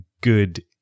good